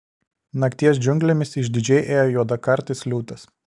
nakties džiunglėmis išdidžiai ėjo juodakartis liūtas